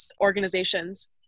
organizations